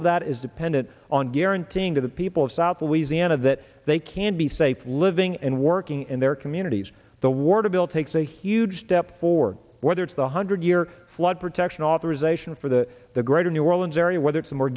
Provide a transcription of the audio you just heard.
of that is dependent on guaranteeing to the people of south louisiana that they can be safe living and working in their communities the ward a bill takes a huge step forward whether it's the hundred year flood protection authorization for the the greater new orleans area whether it's a more